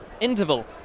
interval